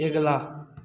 एगला